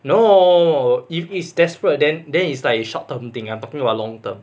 no if is desperate then there is like a short term thing I'm talking about long term